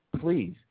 Please